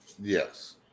Yes